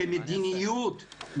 כמדיניות,